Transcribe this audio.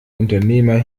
unternehmer